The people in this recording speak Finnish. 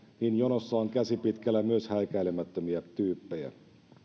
niin jonossa on käsi pitkällä myös häikäilemättömiä tyyppejä